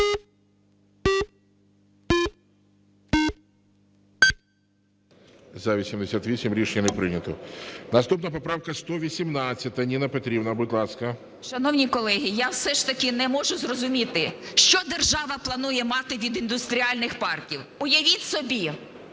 За-88 Рішення не прийнято. Наступна поправка 118. Ніна Петрівна, будь ласка. 12:43:38 ЮЖАНІНА Н.П. Шановні колеги, я все ж таки не можу зрозуміти, що держава планує мати від індустріальних парків. Уявіть собі,